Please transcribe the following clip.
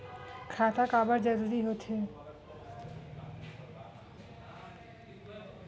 खाता काबर जरूरी हो थे?